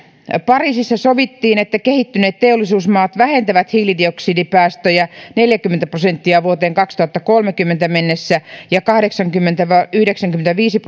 pariisissa sovittiin että kehittyneet teollisuusmaat vähentävät hiilidioksidipäästöjä neljäkymmentä prosenttia vuoteen kaksituhattakolmekymmentä mennessä ja kahdeksankymmentä viiva yhdeksänkymmentäviisi